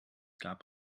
gab